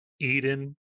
eden